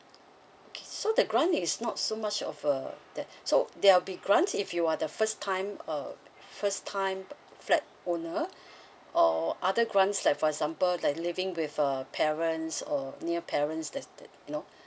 okay so the grant is not so much of uh that so there will be grant if you are the first time uh first time flat owner or other grants like for example like living with uh parents or near parents that that you know